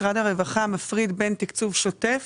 משרד הרווחה מפריד בין תקצוב שוטף